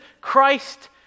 Christ